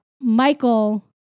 Michael